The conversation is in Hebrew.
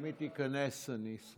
אם היא תיכנס, אני אשמח.